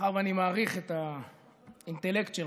מאחר שאני מעריך את האינטלקט שלך,